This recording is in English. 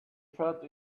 felt